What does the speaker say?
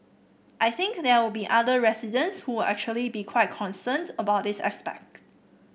I think there will be other residents who actually be quite concerned about this aspect